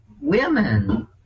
women